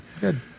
good